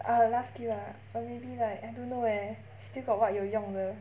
err last skill ah or maybe like I don't know eh still got what 有用的